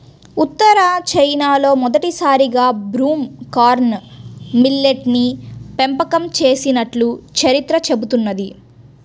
ఉత్తర చైనాలో మొదటిసారిగా broom corn millet ని పెంపకం చేసినట్లు చరిత్ర చెబుతున్నది